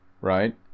right